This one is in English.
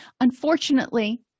Unfortunately